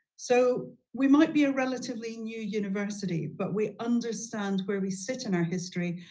so we might be a relatively new university but we understand where we sit in our history,